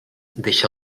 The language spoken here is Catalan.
deixa